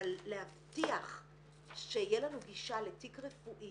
אבל להבטיח שתהיה לנו גישה לתיק רפואי